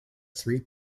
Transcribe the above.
three